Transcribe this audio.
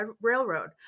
Railroad